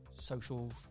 social